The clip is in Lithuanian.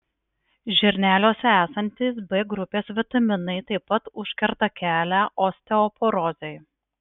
žirneliuose esantys b grupės vitaminai taip pat užkerta kelią osteoporozei